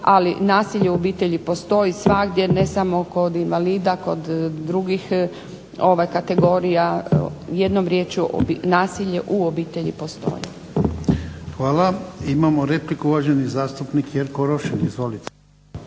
Ali, nasilje u obitelji postoji svagdje ne samo kod invalida, kod drugih kategorija. Jednom riječju nasilje u obitelji postoji. **Jarnjak, Ivan (HDZ)** Hvala. Imamo repliku, uvaženi zastupnik Jerko Rošin. Izvolite.